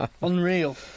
Unreal